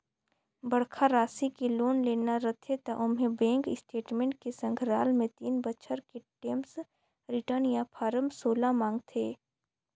बड़खा रासि के लोन लेना रथे त ओम्हें बेंक स्टेटमेंट के संघराल मे तीन बछर के टेम्स रिर्टन य फारम सोला मांगथे